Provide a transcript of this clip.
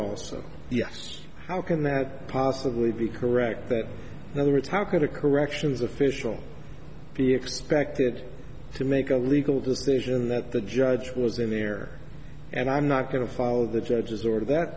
also yes how can that possibly be correct that whether it's how could a corrections official be expected to make a legal decision that the judge was in there and i'm not going to follow the judge's order that